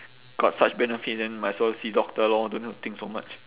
got such benefits then might as well see doctor lor don't need to think so much